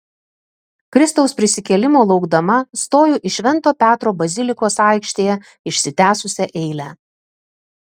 kristaus prisikėlimo laukdama stoju į švento petro bazilikos aikštėje išsitęsusią eilę